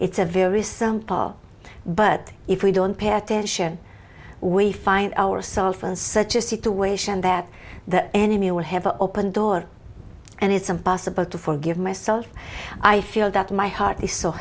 it's a very simple but if we don't pay attention we find ourselves in such a situation that the enemy will have an open door and it's a bus about to forgive myself i feel that my heart is so